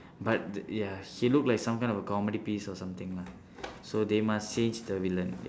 but the ya he look like some kind of a comedy piece or something lah so they must change the villain ya